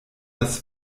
das